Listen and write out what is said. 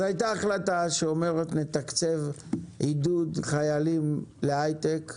הייתה החלטה שאומרת לתקצב עידוד חיילים להייטק.